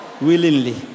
Willingly